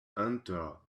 enter